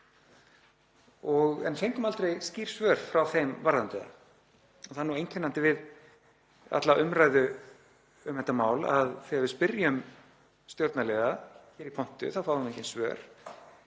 en fengum aldrei skýr svör frá þeim varðandi það. Það er einkennandi við alla umræðu um þetta mál að þegar við spyrjum stjórnarliða hér í pontu fáum við engin svör.